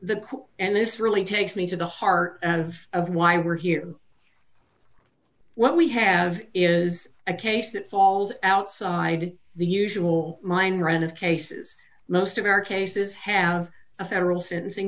the and this really takes me to the heart of why we're here what we have is a case that falls outside the usual line run of cases most of our cases have a federal sentencing